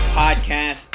podcast